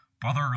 Brother